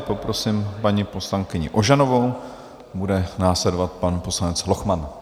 Poprosím paní poslankyni Ožanovou, bude následovat pan poslanec Lochman.